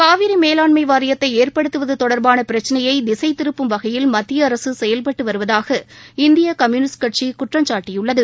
காவிரி மேலாண்மை வாரியத்தை ஏற்படுத்துவது தொடர்பான பிரச்சினையை திசை திருப்பும் வகையில் மத்திய அரசு செயல்பட்டு வருவதாக இந்திய கம்யூனிஸ்ட் கட்சி குற்றம் சாட்டியுள்ளது